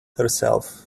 herself